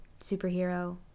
superhero